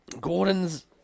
Gordon's